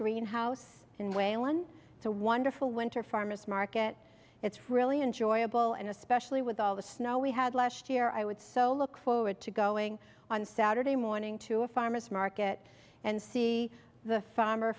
greenhouse and whalen it's a wonderful winter farmer's market it's really enjoyable and especially with all the snow we had last year i would so look forward to going on saturday morning to a farmers market and see the farmer